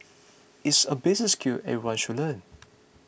it's a basic skill everyone should learn